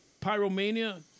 Pyromania